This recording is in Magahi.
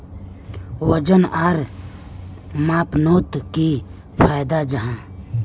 वजन आर मापनोत की फायदा जाहा?